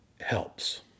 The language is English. helps